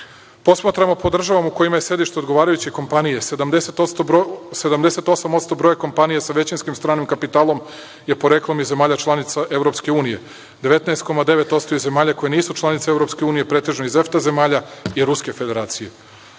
računa. Posmatramo, podržavamo kojima je sedište odgovarajuće kompanije 78% broja kompanije sa većinskim stranim kapitalom je poreklom iz zemalja članica EU, 19,9% iz zemalja koje nisu članice EU, pretežno iz EFTA zemalja i Ruske Federacije.